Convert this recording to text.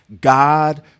God